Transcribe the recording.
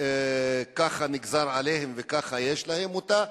שככה נגזר עליהם וכך יש להם אותה,